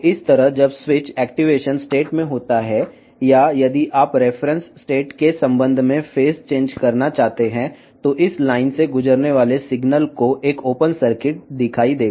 ఈ విధంగా స్విచ్ ఎప్పుడు యాక్చుయేషన్ స్థితిలో ఉంది లేదా మీరు రిఫరెన్స్ స్టేట్కు సంబంధించి దశ మార్పు చేయాలనుకుంటే అప్పుడు ఈ లైన్తో ప్రయాణిస్తున్న సిగ్నల్ ఓపెన్ సర్క్యూట్ను చూస్తుంది